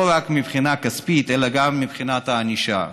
לא רק מבחינה כספית אלא גם מבחינת הענישה.